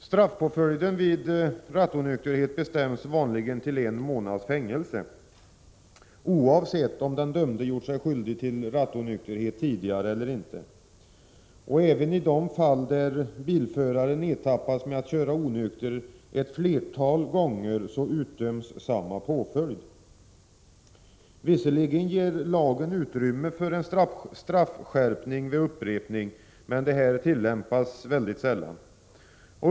Straffpåföljden vid rattonykterhet bestäms vanligen till en månads fängelse, oavsett om den dömde gjort sig skyldig till rattonykterhet tidigare eller inte. Även i de fall när bilföraren ertappats med att köra onykter ett flertal gånger utdöms samma påföljd. Visserligen ger lagen utrymme för straffskärpning vid upprepning, men detta tillämpas mycket sällan.